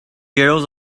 girls